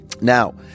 Now